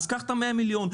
אז קח את ה-100 מיליון,